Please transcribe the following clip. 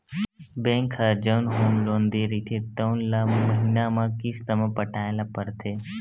bank ह जउन home loan दे रहिथे तउन ल महिना म किस्त म पटाए ल परथे